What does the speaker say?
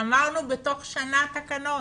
אמרנו שבתוך שנה יהיו תקנות